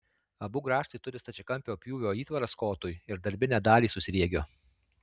abu grąžtai turi stačiakampio pjūvio įtvaras kotui ir darbinę dalį su sriegiu